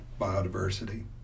biodiversity